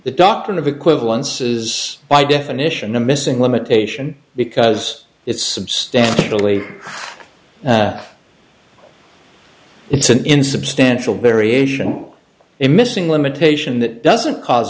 the doctrine of equivalences by definition a missing limitation because it's substantially it's an insubstantial variation a missing limitation that doesn't cause